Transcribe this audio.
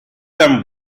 tan